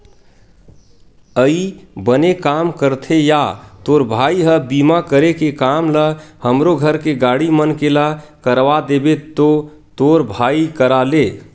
अई बने काम करथे या तोर भाई ह बीमा करे के काम ल हमरो घर के गाड़ी मन के ला करवा देबे तो तोर भाई करा ले